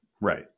Right